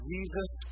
Jesus